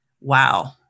wow